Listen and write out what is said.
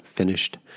Finished